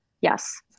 yes